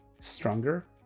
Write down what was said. Stronger